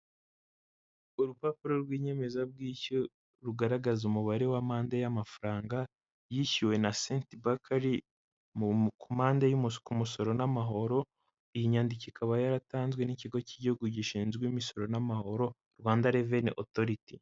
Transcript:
Urupapuro rw'inyemezabwishyu rugaragaza umubare wa amande y'amafaranga yishyuwe na seti bak ari ku mpande ku umusoro n'amahoro, iyi nyandiko ikaba yaratanzwe n'ikigo cy'igihugu gishinzwe imisoro n'amahoro Rwanda revenue authority.